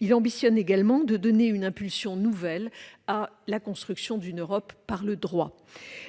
Il ambitionne également de donner une impulsion nouvelle à la construction de l'Europe par le droit.